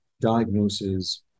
diagnosis